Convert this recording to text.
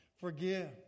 Forgive